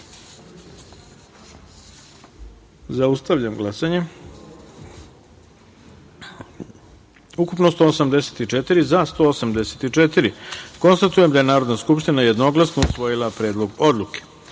taster. Zaustavljam glasanje. Ukupno 184, za – 184.Konstatujem da je Narodna skupština jednoglasno usvojila Predlog odluke,